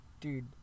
Dude